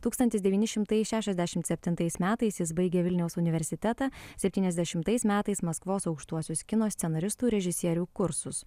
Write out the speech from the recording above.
tūkstantis devyni šimtai šešiasdešimt septintais metais jis baigė vilniaus universitetą septyniasdešimtais metais maskvos aukštuosius kino scenaristų režisierių kursus